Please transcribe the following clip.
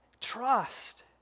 Trust